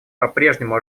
попрежнему